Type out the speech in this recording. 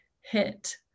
hit